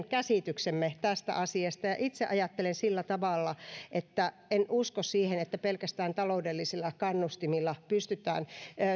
käsityksemme tästä asiasta itse ajattelen sillä tavalla että en usko siihen että pelkästään taloudellisilla kannustimilla pystytään